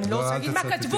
אני לא רוצה להגיד מה כתבו,